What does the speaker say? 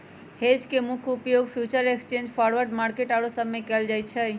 hedge के मुख्य उपयोग फ्यूचर एक्सचेंज, फॉरवर्ड मार्केट आउरो सब में कएल जाइ छइ